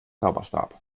zauberstab